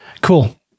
Cool